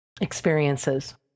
experiences